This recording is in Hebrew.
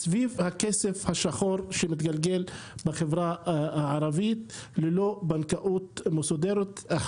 זה סביב הכסף השחור שמתגלגל בחברה הערבית ללא בנקאות מסודרת.